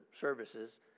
services